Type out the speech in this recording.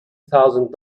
thousand